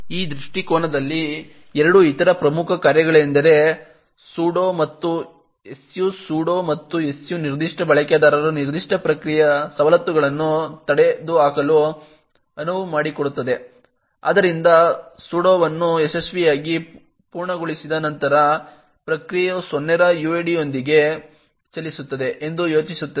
ಈ ದೃಷ್ಟಿಕೋನದಲ್ಲಿ ಎರಡು ಇತರ ಪ್ರಮುಖ ಕಾರ್ಯಗಳೆಂದರೆ sudo ಮತ್ತು su sudo ಮತ್ತು su ನಿರ್ದಿಷ್ಟ ಬಳಕೆದಾರರು ನಿರ್ದಿಷ್ಟ ಪ್ರಕ್ರಿಯೆಯ ಸವಲತ್ತುಗಳನ್ನು ತೊಡೆದುಹಾಕಲು ಅನುವು ಮಾಡಿಕೊಡುತ್ತದೆ ಆದ್ದರಿಂದ ಸುಡೋವನ್ನು ಯಶಸ್ವಿಯಾಗಿ ಪೂರ್ಣಗೊಳಿಸಿದ ನಂತರ ಪ್ರಕ್ರಿಯೆಯು 0 ರ ಯುಐಡಿಯೊಂದಿಗೆ ಚಲಿಸುತ್ತದೆ ಎಂದು ಸೂಚಿಸುತ್ತದೆ